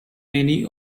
many